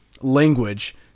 language